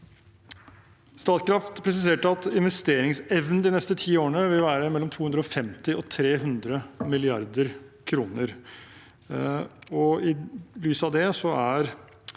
Statkraft presiserte at investeringsevnen de neste tiårene vil være mellom 250 og 300 mrd. kr.